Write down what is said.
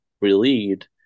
relieved